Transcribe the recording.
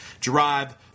drive